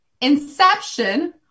Inception